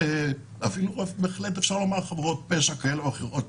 ואפילו אפשר לומר חבורות פשע כאלה ואחרות,